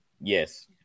Yes